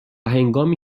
هنگامی